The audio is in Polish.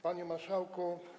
Panie Marszałku!